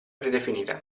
predefinita